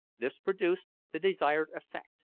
this produced the desired effect.